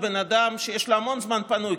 הוא בן אדם שיש לו המון זמן פנוי,